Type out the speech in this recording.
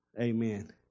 Amen